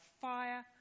fire